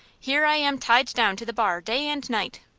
here i am tied down to the bar day and night.